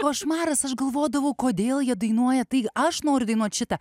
košmaras aš galvodavau kodėl jie dainuoja tai aš noriu dainuot šitą